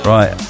Right